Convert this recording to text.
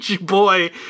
boy